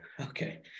okay